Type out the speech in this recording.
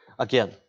Again